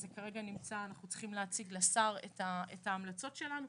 אנחנו צריכים להציג לשר את ההמלצות שלנו.